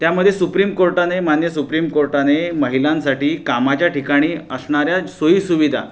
त्यामध्ये सुप्रीम कोर्टाने माननीय सुप्रीम कोर्टाने महिलांसाठी कामाच्या ठिकाणी असणाऱ्या सोयी सुविधा